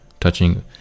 touching